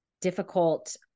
difficult